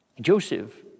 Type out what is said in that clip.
Joseph